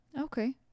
Okay